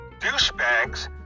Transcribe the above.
douchebags